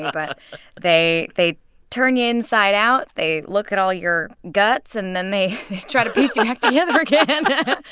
ah but they they turn you inside out, they look at all your guts, and then they. try to piece you like back together again.